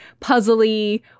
puzzly